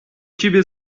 ciebie